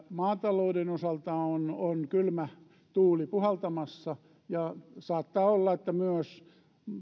maatalouden osalta on on kylmä tuuli puhaltamassa saattaa olla että myös